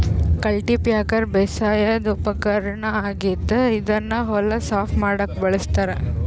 cultipacker ಬೇಸಾಯದ್ ಉಪಕರ್ಣ್ ಆಗಿದ್ದ್ ಇದನ್ನ್ ಹೊಲ ಸಾಫ್ ಮಾಡಕ್ಕ್ ಬಳಸ್ತಾರ್